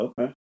okay